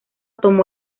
tomó